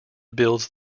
builds